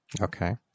Okay